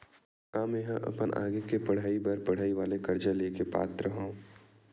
का मेंहा अपन आगे के पढई बर पढई वाले कर्जा ले के पात्र हव?